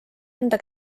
enda